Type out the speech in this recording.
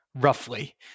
roughly